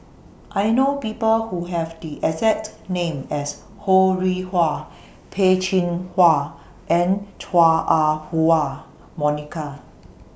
I know People Who Have The exact name as Ho Rih Hwa Peh Chin Hua and Chua Ah Huwa Monica